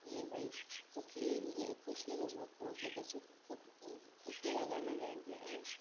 जीअं भई सुखी हुजे ख़ुशीअ जो मौक़ो हुजे त शुक सुख ऐं ख़ुशीअ जा गाना ॻाईंदी आहियां